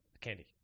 Candy